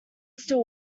still